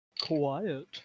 quiet